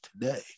today